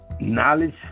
knowledge